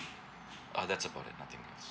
ah that's about it nothing else